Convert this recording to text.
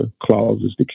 clauses